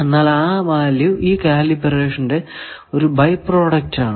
എന്നാൽ ആ വാല്യൂ ഈ കാലിബ്രേഷന്റെ ഒരു ബൈ പ്രോഡക്റ്റ് ആണ്